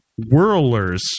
whirlers